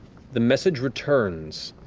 the message returns.